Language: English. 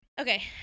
Okay